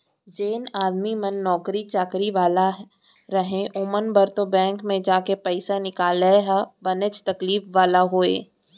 जेन आदमी मन नौकरी चाकरी वाले रहय ओमन बर तो बेंक म जाके पइसा निकलाई ह बनेच तकलीफ वाला होय